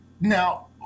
now